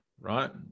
right